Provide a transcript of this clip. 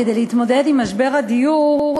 כדי להתמודד עם משבר הדיור,